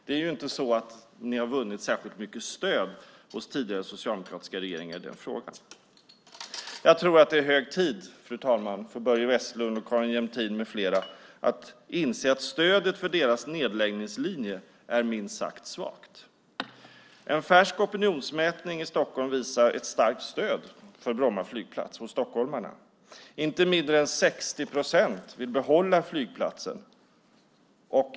Ni har inte vunnit särskilt mycket stöd hos tidigare socialdemokratiska regeringar i den frågan. Jag tror att det är hög tid, fru talman, för Börje Vestlund, Carin Jämtin med flera att inse att stödet för deras nedläggningslinje är, milt uttryckt, svagt. En färsk opinionsmätning i Stockholm visar ett starkt stöd hos stockholmarna för Bromma flygplats. Inte mindre än 60 procent vill behålla flygplatsen.